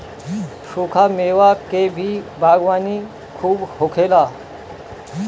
सुखा मेवा के भी बागवानी खूब होखेला